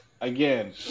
Again